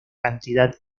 cantidad